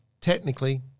technically